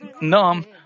numb